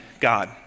God